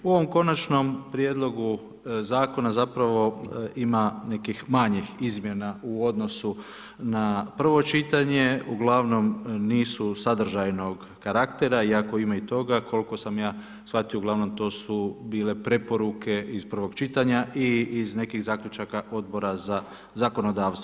U ovom konačnom prijedlogu zakona, zapravo, ima nekih manjih izmjena u odnosu na prvo čitanje, uglavnom nisu sadržajnog karaktera iako ima i toga, koliko sam ja shvatio, uglavnom to su bile preporuke iz prvog čitanja i iz nekih zaključaka Odbora za zakonodavstvo.